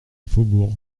faubourg